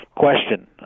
question